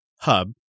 hub